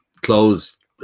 closed